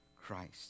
Christ